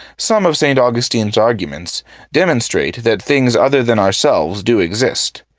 some of st. augustine's arguments demonstrate that things other than ourselves do exist.